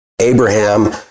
Abraham